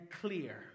clear